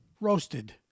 Roasted